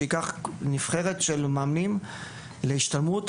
שייקח נבחרת של מאמנים להשתלמות,